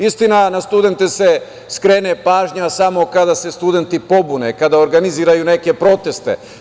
Istina, na studente se skrene pažnja samo kada se studenti pobune, kada organizuju neke proteste.